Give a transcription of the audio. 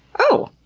oh!